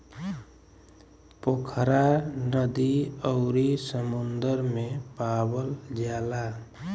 पोखरा नदी अउरी समुंदर में पावल जाला